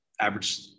average